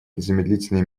незамедлительные